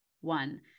One